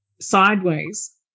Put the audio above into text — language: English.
sideways